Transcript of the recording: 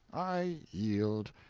i yield.